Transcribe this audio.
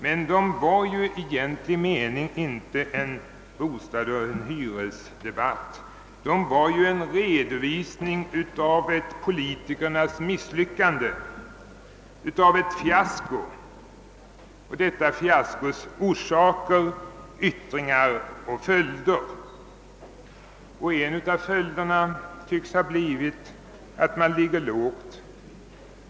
Men dessa var i egentlig mening inte några bostadseller hyresdebatter, utan de utgjorde en redovisning av ett politikernas misslyckande, av ett fiasko och detta fiaskos orsaker, yttringar och följder. En av följderna tycks ha blivit att man ligger lågt.